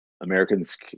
Americans